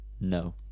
No